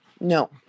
No